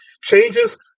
changes